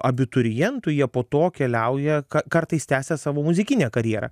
abiturientų jie po to keliauja ka kartais tęsia savo muzikinę karjerą